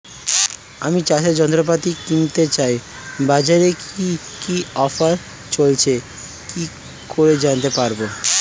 আমি চাষের যন্ত্রপাতি কিনতে চাই বাজারে কি কি অফার চলছে কি করে জানতে পারবো?